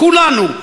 כולנו,